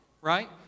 right